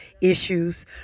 issues